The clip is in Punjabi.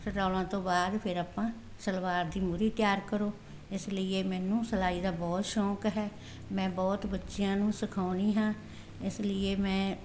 ਸਟਰੋਲਾਂ ਤੋਂ ਬਾਅਦ ਫਿਰ ਆਪਾਂ ਸਲਵਾਰ ਦੀ ਮੂਰੀ ਤਿਆਰ ਕਰੋ ਇਸ ਲਈ ਇਹ ਮੈਨੂੰ ਸਿਲਾਈ ਦਾ ਬਹੁਤ ਸ਼ੌਂਕ ਹੈ ਮੈਂ ਬਹੁਤ ਬੱਚਿਆਂ ਨੂੰ ਸਿਖਾਉਂਦੀ ਹਾਂ ਇਸ ਲਈ ਮੈਂ